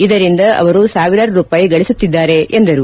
ಇದರಿಂದ ಅವರು ಸಾವಿರಾರು ರೂಪಾಯಿ ಗಳಿಸುತ್ತಿದ್ದಾರೆ ಎಂದರು